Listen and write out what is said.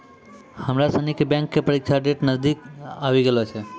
हमरा सनी के बैंक परीक्षा के डेट नजदीक आवी गेलो छै